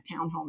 townhome